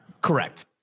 Correct